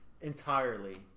entirely